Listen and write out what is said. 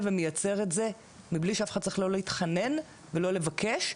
ומיצר את זה מבלי שאף אחד צריך להתחנן ולא לבקש.